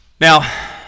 Now